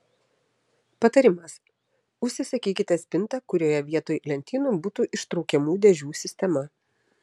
patarimas užsisakykite spintą kurioje vietoj lentynų būtų ištraukiamų dėžių sistema